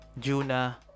Juna